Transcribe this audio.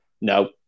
No